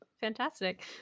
Fantastic